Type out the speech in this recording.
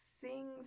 sings